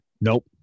nope